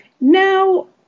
Now